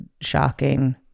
shocking